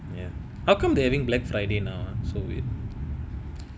ya how come they having black friday now so weird